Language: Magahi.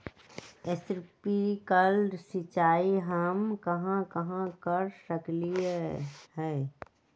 स्प्रिंकल सिंचाई हम कहाँ कहाँ कर सकली ह?